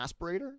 aspirator